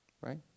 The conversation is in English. Right